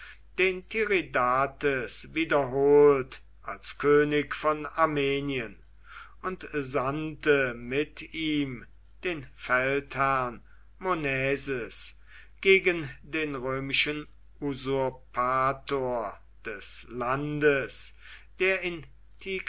den tiridates wiederholt als könig von armenien und sandte mit ihm den feldherrn monaeses gegen den römischen usurpator des landes der in